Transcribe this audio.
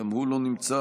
גם הוא לא נמצא.